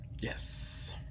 Yes